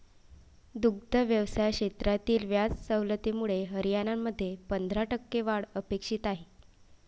दुग्ध व्यवसाय क्षेत्रातील व्याज सवलतीमुळे हरियाणामध्ये पंधरा टक्के वाढ अपेक्षित आहे